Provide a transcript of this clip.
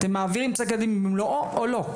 אתם מעבירים את פסק הדין במלואו או לא?